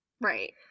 Right